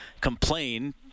complain